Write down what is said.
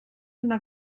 una